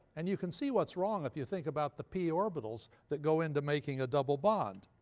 and you can see what's wrong if you think about the p orbitals that go into making a double bond.